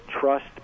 trust